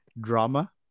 drama